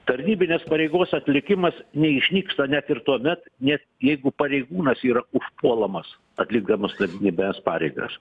tarnybinės pareigos atlikimas neišnyksta net ir tuomet net jeigu pareigūnas yra užpuolamas atlikdamas tarnybines pareigas